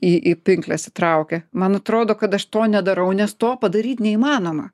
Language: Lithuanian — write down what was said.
į į pinkles įtraukia man atrodo kad aš to nedarau nes to padaryt neįmanoma